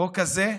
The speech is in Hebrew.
החוק הזה,